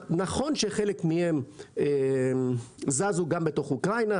נכון שחלק מהם זזו גם בתוך אוקראינה,